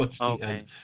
Okay